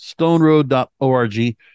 stoneroad.org